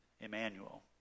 Emmanuel